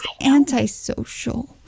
antisocial